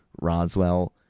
Roswell